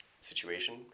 situation